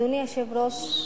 אדוני היושב-ראש,